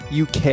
UK